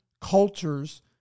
cultures